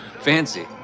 Fancy